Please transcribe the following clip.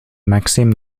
maxime